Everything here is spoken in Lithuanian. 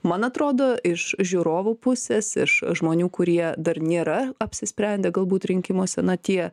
man atrodo iš žiūrovų pusės iš žmonių kurie dar nėra apsisprendę galbūt rinkimuose na tie